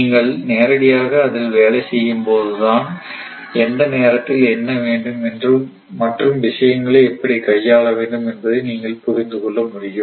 நீங்கள் நேரடியாக அதில் வேலை செய்யும் போது தான் எந்த நேரத்தில் என்ன செய்ய வேண்டும் மற்றும் விஷயங்களை எப்படி கையாள வேண்டும் என்பதை நீங்கள் புரிந்து கொள்ள முடியும்